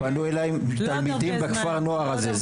פנו אליי תלמידים בכפר הנוער הזה,